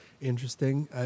interesting